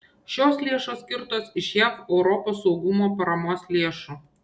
šios lėšos skirtos iš jav europos saugumo paramos lėšų